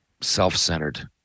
self-centered